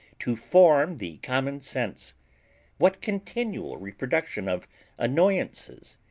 to form the common sense what continual reproduction of annoyances,